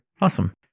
Awesome